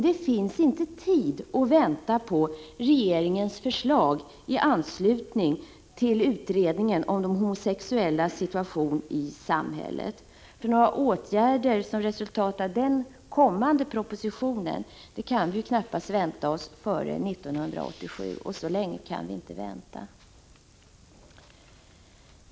Det finns inte tid att vänta på regeringens förslag med anledning av utredningen om de homosexuellas situation i samhället. Några åtgärder som resultat av den kommande propositionen i det ärendet kan vi knappast räkna med före 1987, och så länge kan vi inte vänta.